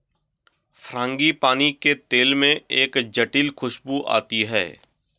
frangipani के तेल में एक जटिल खूशबू आती है